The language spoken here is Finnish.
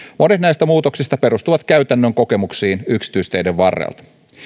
monet näistä muutoksista perustuvat käytännön kokemuksiin yksityisteiden varrelta